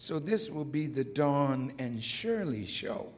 so this will be the dawn and surely show